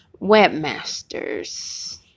Webmasters